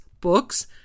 books